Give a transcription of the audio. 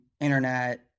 internet